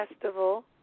Festival